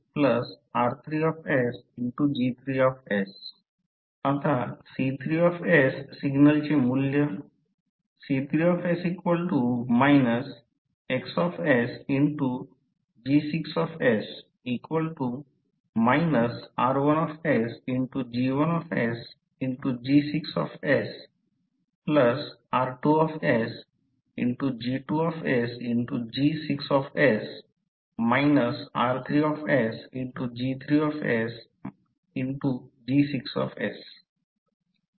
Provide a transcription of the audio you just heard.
आता C3 सिग्नलचे मूल्य C3 XG6 R1G1G6R2G2G6 R3G3G6